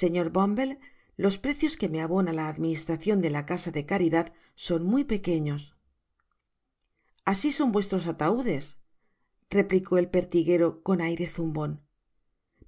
señor bumble los precios que me abona la administracion de la casa do caridad son muy pequeños asi son vuestros ataudes replicó el pertiguero con aire zumbon